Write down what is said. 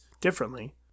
differently